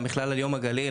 גם בכלל על יום הגליל,